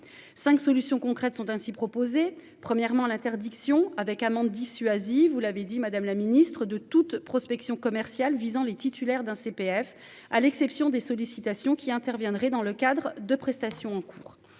5 solutions concrètes sont ainsi proposés, premièrement l'interdiction avec amende dissuasive. Vous l'avez dit Madame la Ministre de toute prospection commerciale visant les titulaires d'un CPF. À l'exception des sollicitations qui interviendrait dans le cadre de prestations en cours.